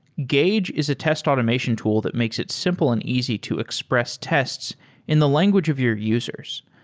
gauge is a test automation tool that makes it simple and easy to express tests in the language of your users.